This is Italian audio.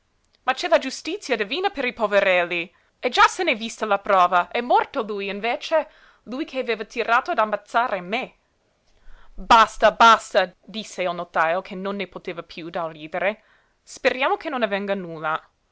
ma c'è la giustizia divina per i poverelli e già se nè vista la prova è morto lui invece lui che aveva tirato ad ammazzare me basta basta disse il notajo che non ne poteva piú dal ridere speriamo che non avvenga nulla